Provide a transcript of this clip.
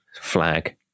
flag